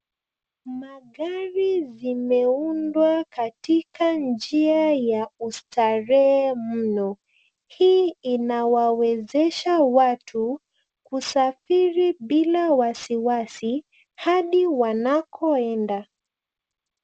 Magari zimeundwa katika njia ya ustarehe mno. Hii inawawezesha watu kusafiri bila wasiwasi hadi wanakoenda.